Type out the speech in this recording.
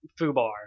foobar